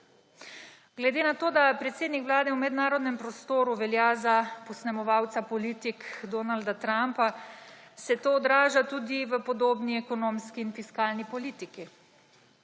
Glede na to, da predsednik Vlade v mednarodnem prostoru velja za posnemovalca politik Donalda Trumpa, se to odraža tudi v podobni ekonomski in fiskalni politiki.